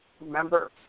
remember